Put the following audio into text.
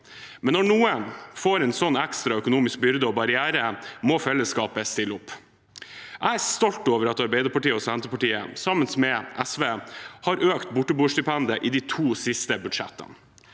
Men når noen får en sånn ekstra økonomisk byrde og barriere, må fellesskapet stille opp. Jeg er stolt over at Arbeiderpartiet og Senterpartiet sammen med SV har økt borteboerstipendet i de to siste budsjettene.